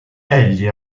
egli